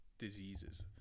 diseases